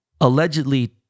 allegedly